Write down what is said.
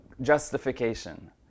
justification